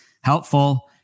helpful